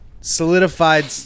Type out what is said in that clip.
solidified